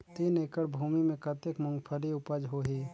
तीन एकड़ भूमि मे कतेक मुंगफली उपज होही?